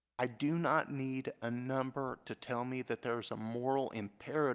i do not need a number to tell me that there's a moral imperative